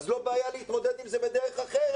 אז לא בעיה להתמודד עם זה בדרך אחרת.